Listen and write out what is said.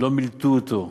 לא מילטו אותו,